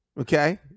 okay